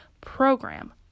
program